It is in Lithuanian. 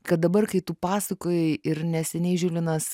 kad dabar kai tu pasakojai ir neseniai žilvinas